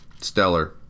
stellar